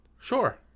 Sure